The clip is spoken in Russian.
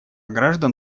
граждан